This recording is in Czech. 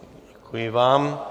Děkuji vám.